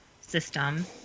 system